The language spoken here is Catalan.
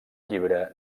llibre